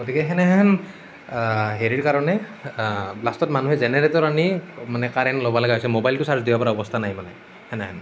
গতিকে সেনেহেন হেৰিৰ কাৰণে লাষ্টত মানুহে জেনেৰেটৰ আনি মানে কাৰেণ্ট ল'ব লগা হৈছিল মানে ম'বাইলটো চাৰ্জ দিব পৰা অৱস্থা নাই মানে সেনেহেন